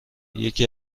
یکی